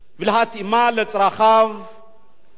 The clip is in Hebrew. ולהתאימה לצרכיו,